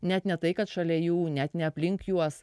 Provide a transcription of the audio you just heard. net ne tai kad šalia jų net ne aplink juos